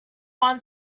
one